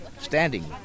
standing